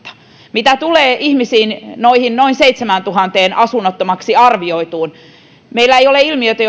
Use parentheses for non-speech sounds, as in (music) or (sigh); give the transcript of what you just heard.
mitä tulee ihmisiin noihin noin seitsemäksituhanneksi asunnottomaksi arvioituun meillä ei ole ilmiötä (unintelligible)